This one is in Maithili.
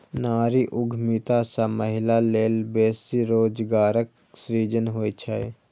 नारी उद्यमिता सं महिला लेल बेसी रोजगारक सृजन होइ छै